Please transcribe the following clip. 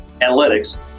analytics